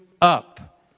up